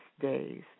days